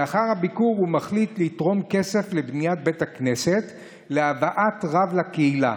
לאחר הביקור הוא מחליט לתרום כסף לבניית בית הכנסת ולהבאת רב לקהילה.